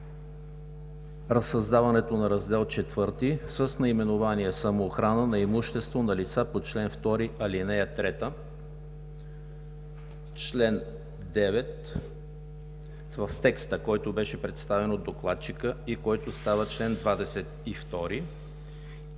създаването на Раздел IV с наименование „Самоохрана на имущество на лица по чл. 2, ал. 3“, чл. 9, в текста, който беше представен от докладчика и който става чл. 22,